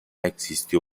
existió